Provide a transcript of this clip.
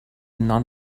non